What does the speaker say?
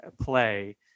play